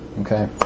Okay